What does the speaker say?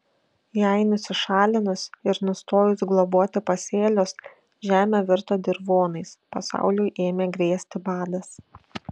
jai nusišalinus ir nustojus globoti pasėlius žemė virto dirvonais pasauliui ėmė grėsti badas